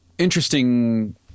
interesting